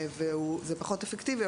זה פחות אפקטיבי,